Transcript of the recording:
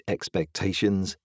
Expectations